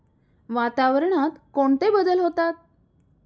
वातावरणात कोणते बदल होतात?